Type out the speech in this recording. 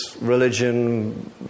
religion